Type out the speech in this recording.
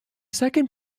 second